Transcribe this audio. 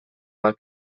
maila